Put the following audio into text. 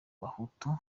bahutu